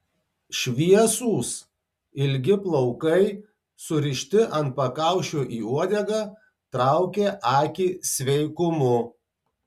šviesūs ilgi plaukai surišti ant pakaušio į uodegą traukė akį sveikumu